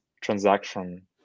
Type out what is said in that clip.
transaction